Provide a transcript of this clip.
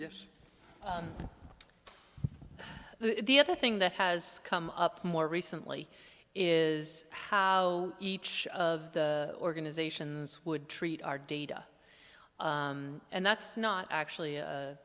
you the other thing that has come up more recently is how each of the organizations would treat our data and that's not actually